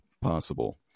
possible